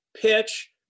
pitch